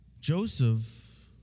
Joseph